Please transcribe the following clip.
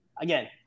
again